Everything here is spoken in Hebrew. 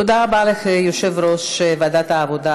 תודה רבה ליושב-ראש ועדת העבודה,